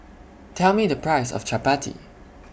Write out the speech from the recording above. Tell Me The Price of Chappati